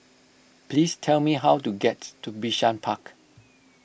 please tell me how to get to Bishan Park